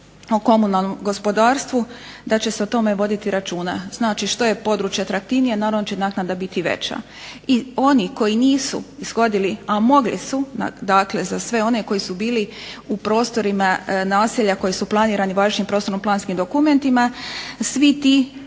o komunalnom gospodarstvu da će se o tome voditi računa. Znači, što je područje atraktivnije naravno da će naknada biti i veća. I oni koji nisu ishodili, a mogli su, dakle za sve one koji su bili u prostorima naselja koji su planirani važećim prostorno-planskim dokumentima svi ti